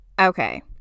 okay